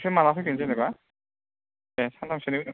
नोंसोर माला फैगोन जेनोबा ए सानथामसोनि उनाव